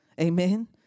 Amen